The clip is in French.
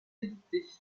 édités